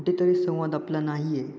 कुठेतरी संवाद आपला नाही आहे